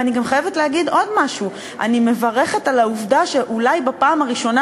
ואני גם חייבת להגיד עוד משהו: אני מברכת על העובדה שאולי בפעם הראשונה